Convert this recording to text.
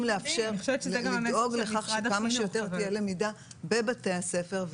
לאפשר ולדאוג לכך שכמה שיותר תהיה למידה בבתי הספר.